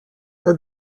are